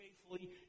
faithfully